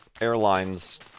airlines